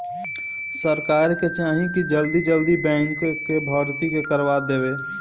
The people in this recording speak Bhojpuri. सरकार के चाही की जल्दी जल्दी बैंक कअ भर्ती के करवा देवे